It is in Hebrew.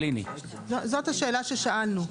זאת השאלה ששאלנו,